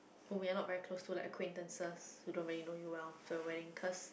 whom you are not very close to like acquaintance who don't really know you well for your wedding cause